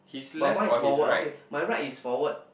but mine is forward okay my right is forward